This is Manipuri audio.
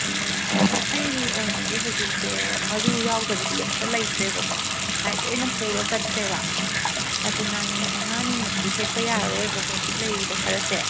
ꯑꯩꯒꯤ ꯑꯣꯏꯅꯗꯤ ꯍꯧꯖꯤꯛꯁꯦ ꯃꯔꯨ ꯌꯥꯎꯗꯕꯗꯤ ꯑꯝꯇ ꯂꯩꯇ꯭ꯔꯦꯕꯀꯣ ꯉꯁꯥꯏ ꯂꯣꯏꯅ ꯄꯨꯔ ꯆꯠꯈ꯭ꯔꯦꯕ ꯑꯗꯨꯅ ꯅꯨꯃꯤꯠ ꯃꯉꯥꯅꯤꯃꯨꯛꯇꯤ ꯍꯦꯛꯄ ꯌꯥꯔꯔꯣꯏꯕꯀꯣ ꯍꯧꯖꯤꯛ ꯂꯩꯔꯤꯕ ꯈꯔꯁꯦ